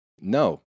No